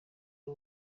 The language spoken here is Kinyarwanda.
ari